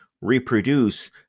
reproduce